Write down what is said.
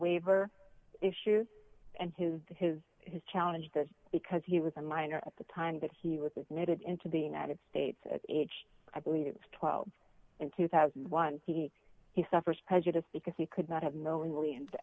waiver issue and his his his challenge that because he was a minor at the time that he was admitted into being that of states h i believe it was twelve in two thousand and one he suffers prejudice because he could not have knowingly and